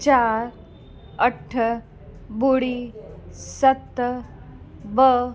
चारि अठ ॿुड़ी सत ॿ